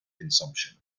consumption